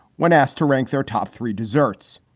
when asked to rank their top three desserts